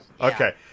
Okay